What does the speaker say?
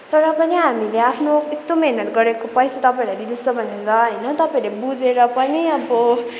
तर पनि हामीले आफ्नो यत्रो मिहिनेत गरेको पैसा तपाईँहरूलाई दिँदैछ भनेर होइन तपाईँहरूले बुझेर पनि अब